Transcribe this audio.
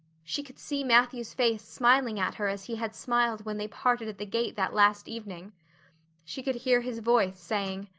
she could see matthew's face smiling at her as he had smiled when they parted at the gate that last evening she could hear his voice saying,